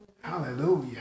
hallelujah